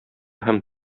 һәм